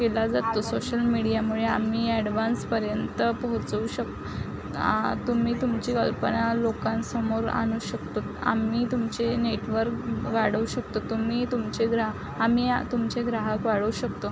केला जातो सोशल मिडियामुळे आम्ही ॲडव्हान्सपर्यंत पोहोचवू शकतो आ तुमी तुमची कल्पना लोकांसमोर आणू शकतो आम्ही तुमचे नेटवर्क वाढवू शकतो तुमी तुमचे ग्रा आम्ही तुमचे ग्राहक वाढवू शकतो